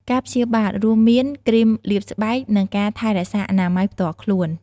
ការព្យាបាលរួមមានគ្រីមលាបស្បែក និងការថែរក្សាអនាម័យផ្ទាល់ខ្លួន។